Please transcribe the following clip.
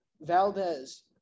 Valdez